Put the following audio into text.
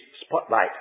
spotlight